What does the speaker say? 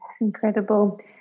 Incredible